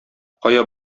кая